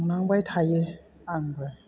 संनांबाय थायो आंबो